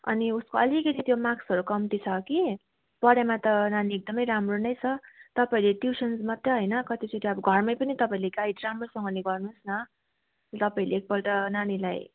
अनि उसको अलिकति त्यो मार्क्सहरू कम्ति छ कि पढाइमा त नानी एकदमै राम्रो नै छ तपाईँहरूले ट्युसन मात्रै होइन कतिचोटि अब घरमै पनि तपाईँहरूले गाइड राम्रोसँगले गर्नुहोस् न तपाईँहरूले एकपल्ट नानीलाई